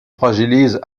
fragilise